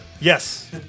Yes